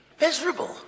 Miserable